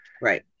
Right